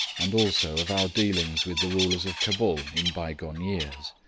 and also of our dealings with the rulers of cabul in bygone years,